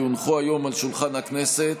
כי הונחו היום על שולחן הכנסת,